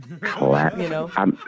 Clap